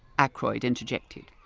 ackroyd interjected.